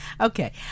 Okay